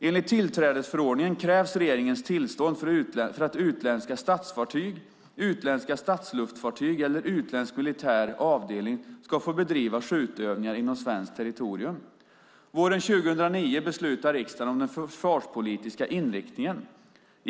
Enligt tillträdesförordningen krävs regeringens tillstånd för att utländska statsfartyg, utländska statsluftfartyg eller utländsk militär avdelning ska få bedriva skjutövningar inom svenskt territorium. Våren 2009 beslutade riksdagen om den försvarspolitiska inriktningen .